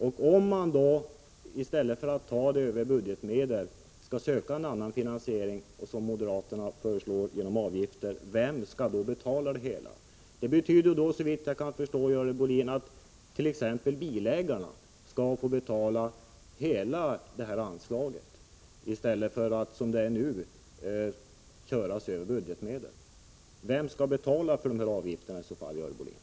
Om man istället för att anvisa medel över budgeten skall söka en annan finansieringsväg och då, som moderaterna föreslår, väljer en avgiftsfinansiering, vem skall då betala det hela? Såvitt jag förstår blir det t.ex. bilägarna som får betala hela det här anslaget i stället för att det som nu går över budgetmedel. Vem är det som skall betala de här avgifterna, Görel Bohlin?